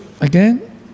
Again